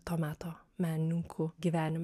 to meto menininkų gyvenime